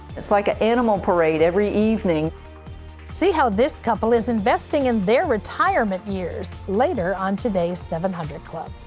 it is like an animal parade every evening. terry see how this couple is investing in their retirement years, later on today's seven hundred club.